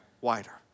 wider